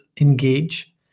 engage